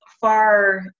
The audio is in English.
far